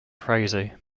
crazy